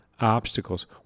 obstacles